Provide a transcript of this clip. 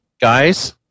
guys